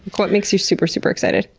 what makes you super, super excited?